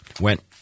went